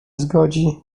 zgodzi